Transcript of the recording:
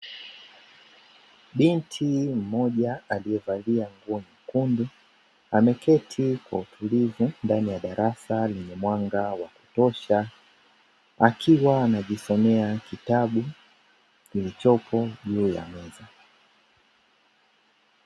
Binti mmoja alievalia nguo nyekundu ameketi kwa utulivu ndani ya darasa lenye mwanga wa kutosha akiwa anajisomea kitabu kilichopo juu ya meza.